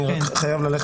אני חייב ללכת,